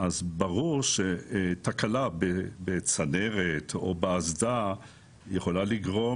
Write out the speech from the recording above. ברור שתקלה בצנרת או באסדה יכולה לגרום